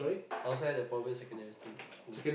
I also had that problem in secondary school school